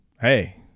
Hey